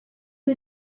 who